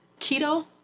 keto